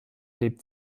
lebt